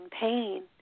pain